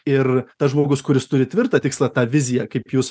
ir tas žmogus kuris turi tvirtą tikslą tą viziją kaip jūs